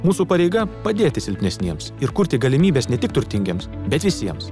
mūsų pareiga padėti silpnesniems ir kurti galimybes ne tik turtingiems bet visiems